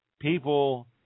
people